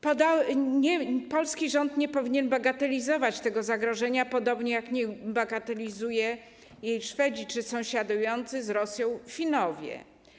Polski rząd nie powinien bagatelizować tego zagrożenia, podobnie jak nie bagatelizują go Szwedzi czy sąsiadujący z Rosją Finowie.